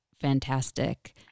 fantastic